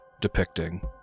depicting